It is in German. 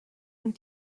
und